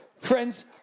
friends